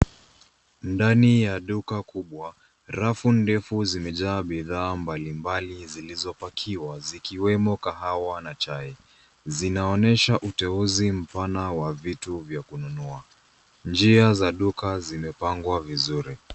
Ndani ya duka kubwa rafu ndefu zimejaa bidhaa mbalimbali zilizopakiwa ikiwemo kahawa na chai. Zinaonyesha uteuzi mpana wa vitu vya kununua. Njia za duka zimepangwa vizuri.